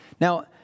Now